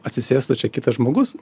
atsisėstų čia kitas žmogus